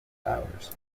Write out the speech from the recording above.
hours